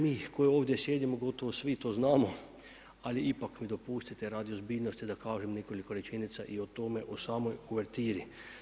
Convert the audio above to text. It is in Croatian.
Mi koji ovdje sjedimo gotovo svi to znamo, ali ipak mi dopustite radi ozbiljnost da kažem nekoliko rečenica i o tome o samoj uvertiri.